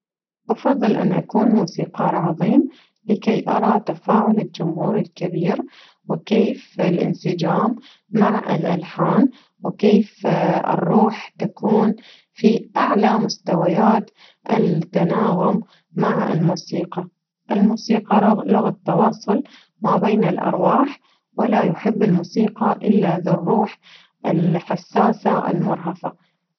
أفضل أن أكون موسيقار كبير علشان أشوف تفاعل الجمهور الكبير وكيف الانسجام مع الألحان وكيف الروح تكون في أعلى مستويات التناغم مع الموسيقى، الموسيقى لغ-لغة تواصل بين الأرواح ولا يحب الموسيقى إلا ذو الروح الحساسة المرهفة.